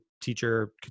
teacher